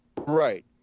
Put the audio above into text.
Right